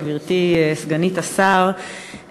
גברתי סגנית השר,